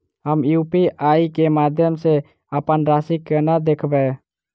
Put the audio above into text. हम यु.पी.आई केँ माध्यम सँ अप्पन राशि कोना देखबै?